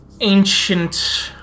ancient